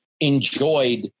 enjoyed